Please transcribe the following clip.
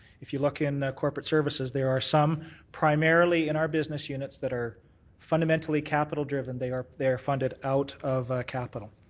if you look in corporate services there are some primarily in our business units that are fundamentally capital driven. they are funded out of capital.